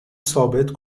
ثابت